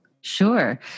Sure